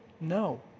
No